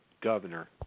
Governor